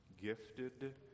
gifted